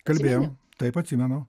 kalbėjom taip atsimenu